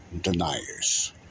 deniers